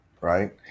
right